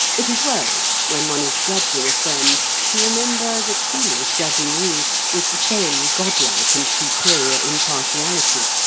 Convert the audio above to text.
it is well, when one is judging a friend, to remember that he is judging you with the same godlike and superior impartiality.